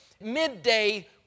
midday